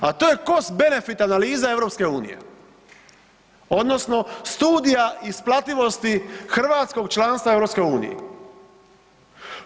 A to je cost benefit analiza EU odnosno studija isplativosti hrvatskog članstva EU-i.